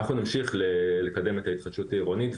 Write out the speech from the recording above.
נמשיך לקדם את ההתחדשות העירונית.